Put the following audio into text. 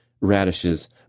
radishes